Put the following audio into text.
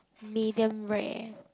medium rare